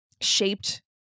shaped